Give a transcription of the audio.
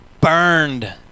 burned